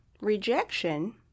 rejection